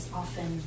often